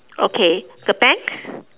okay the pants